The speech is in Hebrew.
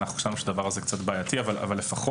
אנחנו חשבנו שהדבר הזה קצת בעייתי אבל לפחות